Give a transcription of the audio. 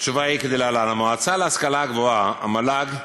התשובה היא כדלהלן: המועצה להשכלה גבוהה, המל"ג,